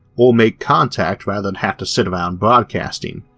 or make contact rather than have to sit around broadcasting.